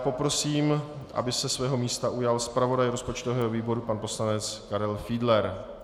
Poprosím, aby se svého místa ujal zpravodaj rozpočtového výboru pan poslanec Karel Fiedler.